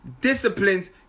disciplines